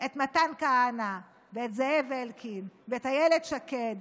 את מתן כהנא ואת זאב אלקין ואת אילת שקד